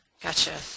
Gotcha